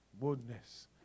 Boldness